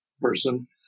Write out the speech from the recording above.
person